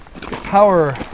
power